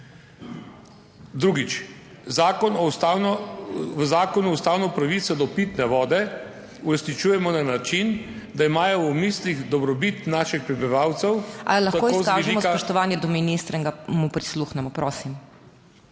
zakon, v zakonu ustavno pravico do pitne vode uresničujemo na način, da imajo v mislih dobrobit naših prebivalcev. / nemir